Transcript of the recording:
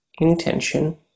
intention